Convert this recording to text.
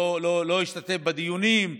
הוא לא השתתף בדיונים,